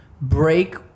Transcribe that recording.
break